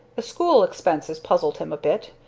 the school expenses puzzled him a bit,